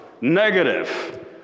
negative